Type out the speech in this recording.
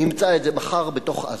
נמצא את זה מחר בתוך עזה.